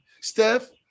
Steph